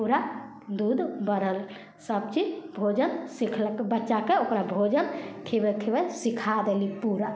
पूरा दूध बढ़ल सबचीज भोजन सिखलक बच्चाके ओकरा भोजन खिबैत खिबैत सिखा देली पूरा